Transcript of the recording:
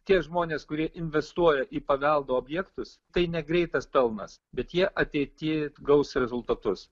tie žmonės kurie investuoja į paveldo objektus tai ne greitas pelnas bet jie ateity gaus rezultatus